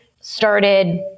started